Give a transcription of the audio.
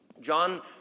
John